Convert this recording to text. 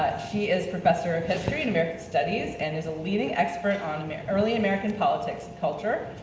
she is professor of history and american studies and is a leading expert on early american politics and culture,